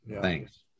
thanks